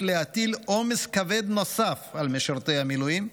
להטיל עומס כבד נוסף על משרתי המילואים,